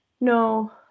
no